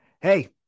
Hey